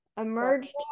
Emerged